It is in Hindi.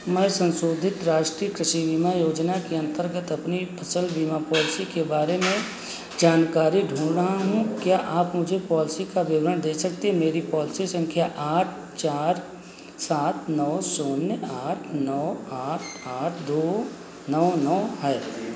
मैं सन्शोधित राष्ट्रीय कृषि बीमा योजना के अन्तर्गत अपनी फ़सल बीमा पॉलिसी के बारे में जानकारी ढूँढ रहा हूँ क्या आप मुझे पॉलिसी का विवरण दे सकते हैं मेरी पॉलिसी सँख्या आठ चार सात नौ शून्य आठ नौ आठ आठ दो नौ नौ है